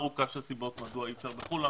יש לנו שורה ארוכה של סיבות מדוע אי אפשר בחו"ל.